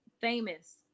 famous